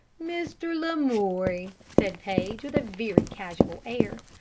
mr. lamoury, said paige, with a very casual air,